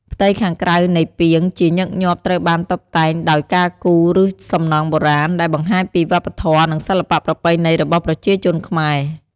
ផ្ទៃខាងក្រៅនៃពាងជាញឹកញាប់ត្រូវបានតុបតែងដោយការគូរ ឬសំណង់បុរាណ ដែលបង្ហាញពីវប្បធម៌ និងសិល្បៈប្រពៃណីរបស់ប្រជាជនខ្មែរ។